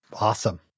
Awesome